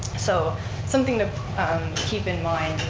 so something to keep in mind.